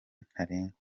ntarengwa